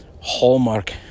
hallmark